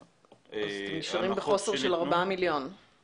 אתם נשארים בחוסר של ארבעה מיליון שקלים.